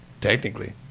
Technically